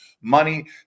money